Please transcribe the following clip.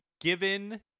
given